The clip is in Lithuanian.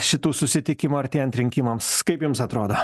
šitų susitikimų artėjant rinkimams kaip jums atrodo